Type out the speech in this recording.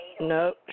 No